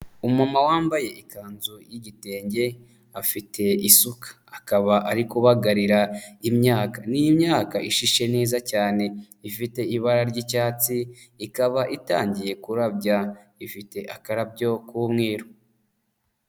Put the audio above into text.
Umumama wambaye ikanzu y'igitenge afite isuka, akaba ari kubagarira imyaka. Ni imyaka ishishe neza cyane ifite ibara ry'icyatsi, ikaba itangiye kurabya ifite akarabyo k'umweru.